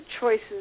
choices